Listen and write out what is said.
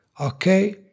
Okay